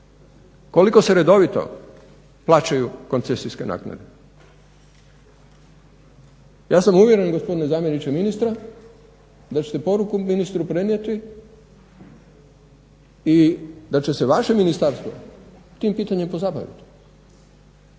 koliko se redovito plaćaju koncesijske naknade. Ja sam uvjeren gospodine zamjeniče ministra da ćete poruku ministru prenijeti i da će se vaše ministarstvo tim pitanjem pozabaviti.